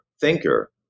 thinker